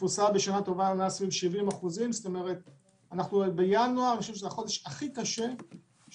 התפוסה בשנה טובה עומדת על 70%. אנחנו בינואר וזה החודש הקשה ביותר.